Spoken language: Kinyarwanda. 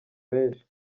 benshi